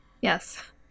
Yes